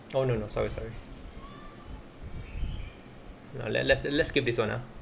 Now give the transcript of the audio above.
no no no sorry sorry err let let's let's skip this [one] nah